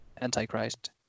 Antichrist